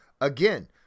again